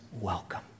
welcome